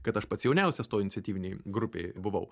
kad aš pats jauniausias toj iniciatyvinėj grupėj buvau